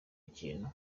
ikintu